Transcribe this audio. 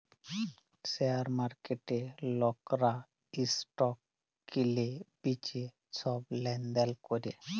share মার্কেটে লকরা stock কিলে বিঁচে ছব লেলদেল ক্যরে